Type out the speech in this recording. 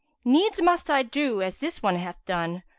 needs must i do as this one hath done,